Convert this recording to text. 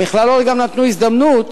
המכללות גם נתנו הזדמנות